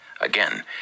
Again